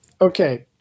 Okay